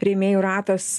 rėmėjų ratas